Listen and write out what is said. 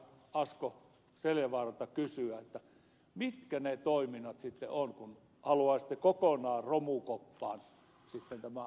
asko seljavaaralta kysyä mitkä ne toiminnot sitten ovat kun haluaisitte kokonaan romukoppaan tämän alueellistamisen saattaa